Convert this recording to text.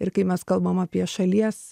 ir kai mes kalbam apie šalies